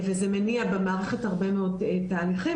וזה מניע במערכת הרבה מאוד תהליכים